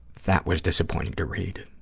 that was disappointing to read.